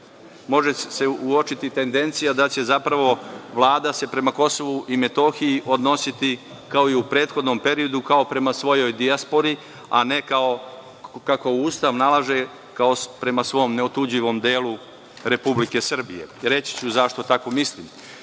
može se uočiti tendencija da će se zapravo Vlada prema KiM se odnositi kao i u prethodnom periodu, kao prema svojoj dijaspori a ne kako Ustav nalazi, kao prema svom neotuđivom delu Republike Srbije. Reći ću zašto tako mislim.